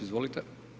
Izvolite.